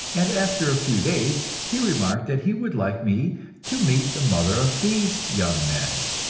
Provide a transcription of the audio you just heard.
and after a few days he remarked that he would like me to meet the mother of these young men.